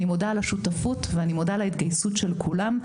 אני מודה על השותפות ואני מודה על ההתגייסות של כולם.